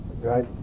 right